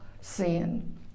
sin